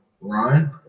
Ryan